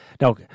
Now